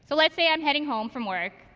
so let's say i'm heading home from work.